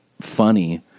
funny